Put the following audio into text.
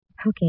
Okay